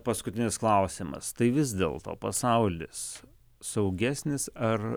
paskutinis klausimas tai vis dėl to pasaulis saugesnis ar